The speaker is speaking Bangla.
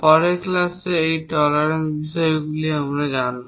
পরের ক্লাসে এই টলারেন্সর বিষয়গুলো আমরা জানব